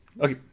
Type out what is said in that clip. Okay